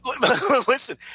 Listen